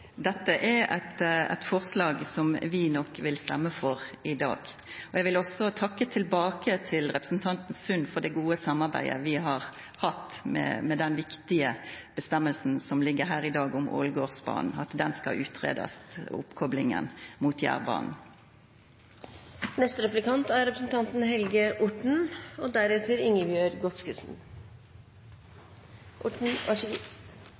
dette forslaget? Dette er eit forslag som vi nok vil stemma for i dag. Eg vil òg takka tilbake til representanten Sund for det gode samarbeidet vi har hatt om den viktige avgjerda som ligg her i dag, om at ein ber regjeringa greia ut ei oppkopling av Ålgårdsbanen mot Jærbanen. Det er et omforent politisk mål å få mer gods fra vei til bane. Det er bra for miljøet, og